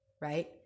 right